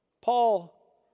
Paul